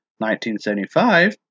1975